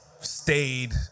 stayed